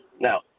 now